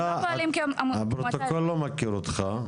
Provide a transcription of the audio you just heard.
הם לא פועלים כמועצה אזורית - אני לא מכיר אותך,